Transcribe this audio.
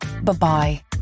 Bye-bye